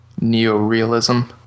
neorealism